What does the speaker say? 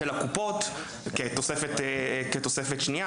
הקופות כתוספת שנייה.